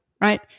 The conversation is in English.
right